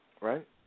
right